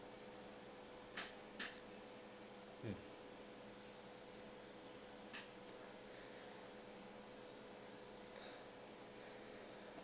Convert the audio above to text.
mm